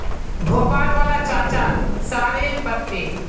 भोपाल वाला चाचार सॉरेल पत्ते